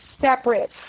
separate